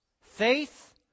Faith